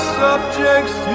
subjects